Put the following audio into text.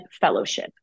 fellowship